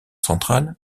central